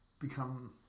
become